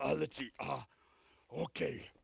ah let's see, ah okay,